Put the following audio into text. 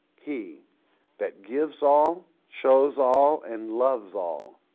he that gives all, shows all, and loves all,